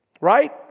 right